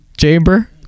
chamber